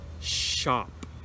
shop